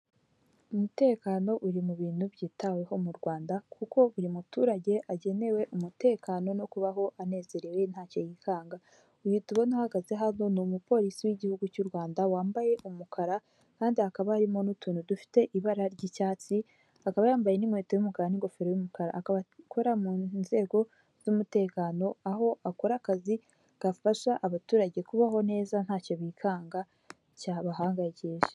Umutekano uri mu bintu byitaweho mu Rwanda, kuko buri muturage agenewe umutekano no kubaho anezerewe ntacyo yikanga, uyu tubona ahagaze hano ni umupolisi w'igihugu cy'u Rwanda wambaye umukara kandi hakaba harimo n'utuntu dufite ibara ry'icyatsi, akaba yambaye n'inkweto y'umukara n'ingofero y'umukara, akaba akora mu nzego z'umutekano aho akora akazi gafasha abaturage kubaho neza ntacyo bikanga cyabahangayikisha.